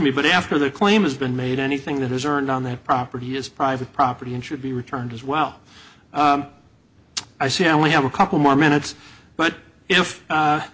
me but after the claim has been made anything that has earned on that property is private property and should be returned as well i say only have a couple more minutes but if